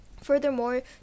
Furthermore